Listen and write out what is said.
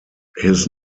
his